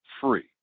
free